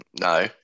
no